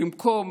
במקום